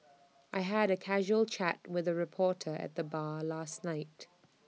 I had A casual chat with A reporter at the bar last night